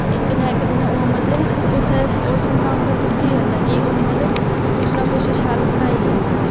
इक ना इक दिन ओह् मतलब ओह् उत्थै उस मकाम उप्पर पुज्जी गै जंदा ऐ कि ओह् मतलब कुछ ना कुछ शैल बनाई ही लैंदा